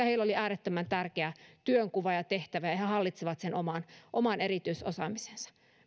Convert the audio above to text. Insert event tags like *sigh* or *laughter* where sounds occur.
*unintelligible* heillä oli äärettömän tärkeä työnkuva ja tehtävä ja he hallitsivat sen oman erityisosaamisensa